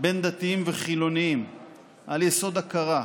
בין דתיים לחילונים על יסוד הכרה.